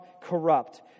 corrupt